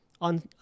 on